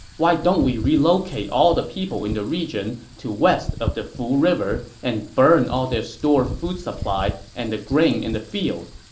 why don't we relocate all the people in the region to west of the fu river and burn all their stored food supply and the grain in the field?